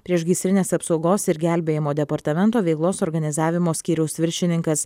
priešgaisrinės apsaugos ir gelbėjimo departamento veiklos organizavimo skyriaus viršininkas